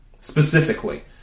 specifically